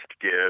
give